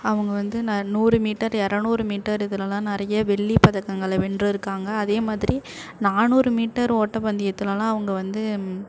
அவங்க வந்து ந நூறு மீட்டர் இரநூறு மீட்டர் இதுலெலாம் நிறைய வெள்ளிப்பதக்கங்களை வென்றுருக்காங்க அதேமாதிரி நானூறு மீட்டர் ஒட்டப்பந்தயத்துலலாம் அவங்க வந்து